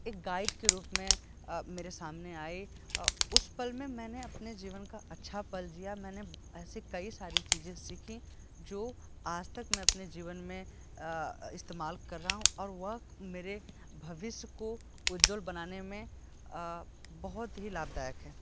एक गाइड के रूप में मेरे सामने आए उस पल में मैंने अपने जीवन का अच्छा पल जिया मैंने ऐसी कई सारी चीज़ें सीखीं जो आज तक मैं अपने जीवन में इस्तेमाल कर रहा हूँ और वह मेरे भविष्य को उज्वल बनाने में बहुत ही लाभदायक है